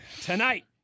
Tonight